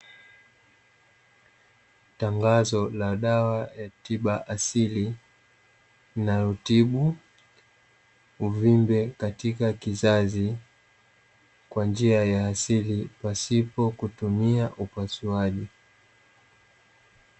Tangazo la dawa ya tiba asili, inayotibu uvimbe katika kizazi, kwa njia ya asili pasipo kutumia upasuaji.